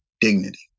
dignity